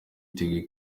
biteguye